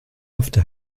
after